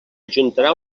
adjuntarà